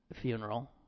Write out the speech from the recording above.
funeral